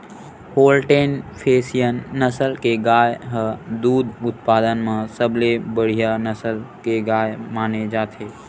Holstein Friesian नसल के गाय ह दूद उत्पादन म सबले बड़िहा नसल के गाय माने जाथे